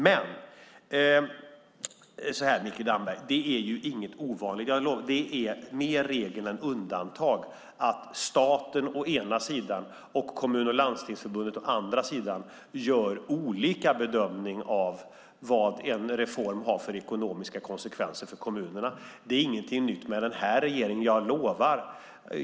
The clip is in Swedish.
Mikael Damberg, det är mer regel än undantag att staten och Sveriges Kommuner och Landsting gör olika bedömning av vad en reform får för ekonomiska konsekvenser för kommunerna. Detta är inget nytt som sker under den här regeringen.